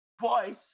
Voice